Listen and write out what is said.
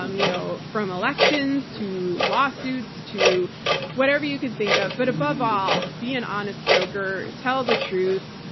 um you know from elections, to lawsuits, to whatever you could think of. but above all, be an honest broker. tell the truth.